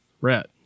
Rat